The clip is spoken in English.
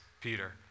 Peter